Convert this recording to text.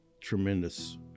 tremendous